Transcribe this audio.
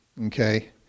okay